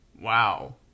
Wow